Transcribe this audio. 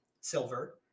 silver